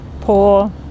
poor